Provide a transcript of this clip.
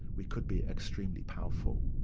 we could be extremely powerful.